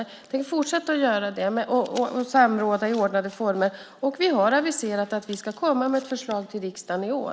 Vi tänker fortsätta göra det och samråda i ordnade former, och vi har aviserat att vi ska komma med ett förslag till riksdagen i år.